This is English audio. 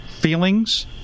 feelings